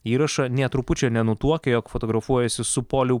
įrašą nė trupučio nenutuokia jog fotografuojasi su poliu